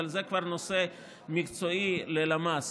אבל זה כבר נושא מקצועי ללמ"ס.